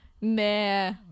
Nah